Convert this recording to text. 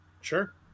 Sure